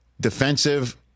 defensive